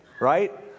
right